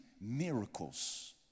miracles